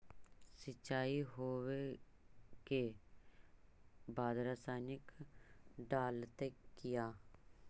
सीचाई हो बे के बाद रसायनिक डालयत किया?